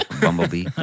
bumblebee